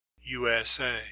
USA